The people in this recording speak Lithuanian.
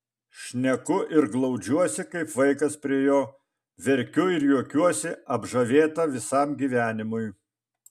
šneku ir glaudžiuosi kaip vaikas prie jo verkiu ir juokiuosi apžavėta visam gyvenimui